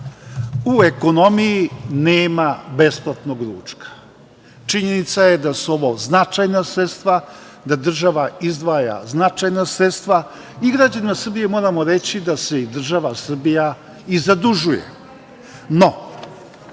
u ekonomiji nema besplatnog ručka. Činjenica je da su ovo značajna sredstva, da država izdvaja značajna sredstva i građanima Srbije moramo reći da se država Srbije i zadužuje.